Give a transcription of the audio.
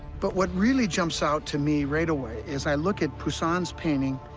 but what really jumps out to me right away is, i look at poussin's painting,